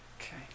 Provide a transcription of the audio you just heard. Okay